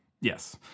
Yes